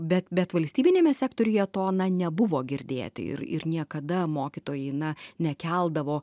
bet bet valstybiniame sektoriuje to na nebuvo girdėti ir ir niekada mokytojai na nekeldavo